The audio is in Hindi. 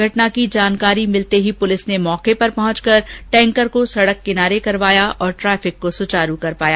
घटना की जानकारी मिलते ही पुलिस ने मौके पर पहुंचकर टैंकर को सड़क किनारे करवाया तथा ट्रैफिक को सुचारू करवाया